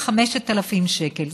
5,000 שקל.